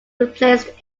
replaced